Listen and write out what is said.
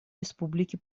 республики